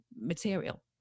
material